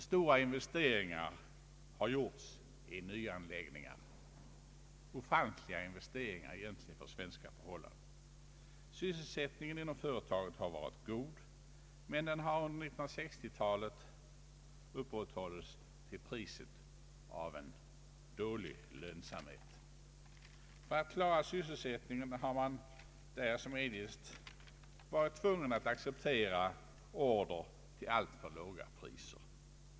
Stora investeringar har gjorts i nyanläggningar, egentligen ofantliga investeringar för svenska förhållanden. Sysselsättningen inom företaget har varit god, men den har under 1960-talet upprätthållits till priset av en dålig lönsamhet. För att klara sysselsättningen har man där som annorstädes varit tvungen att acceptera order till alltför låga priser.